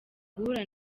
guhura